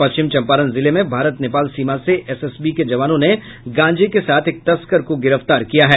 पश्चिम चम्पारण जिले में भारत नेपाल सीमा से एसएसबी के जवानों ने गांजे के साथ एक तस्कर को गिरफ्तार किया है